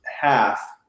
half